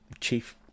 Chief